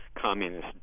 communist